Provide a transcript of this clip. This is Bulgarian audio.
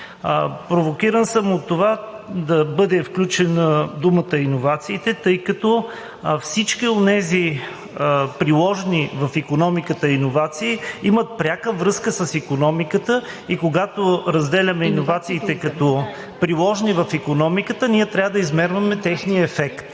Провокиран съм от това да бъде включена думата „иновациите“, тъй като всички онези приложни в икономиката иновации имат пряка връзка с икономиката. И когато разделяме иновациите като приложни в икономиката, ние трябва да измерваме техния ефект.